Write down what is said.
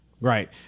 Right